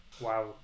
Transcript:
Wow